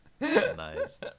Nice